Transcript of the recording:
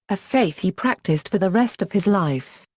a faith he practiced for the rest of his life.